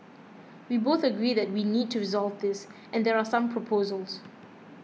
we both agree that we need to resolve this and there are some proposals